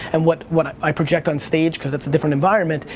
and what what i project on stage, because that's a different environment,